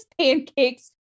pancakes